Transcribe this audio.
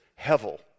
hevel